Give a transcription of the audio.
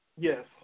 Yes